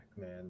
Man